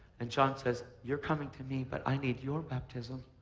and john says you're coming to me, but i need your baptism.